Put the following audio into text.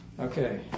Okay